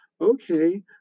okay